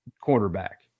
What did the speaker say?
quarterback